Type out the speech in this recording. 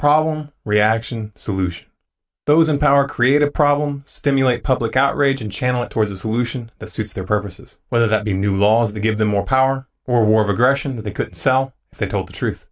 problem reaction solution those in power create a problem stimulate public outrage and channel it towards a solution that suits their purposes whether that be new laws to give them more power or war of aggression that they could sell if they told the truth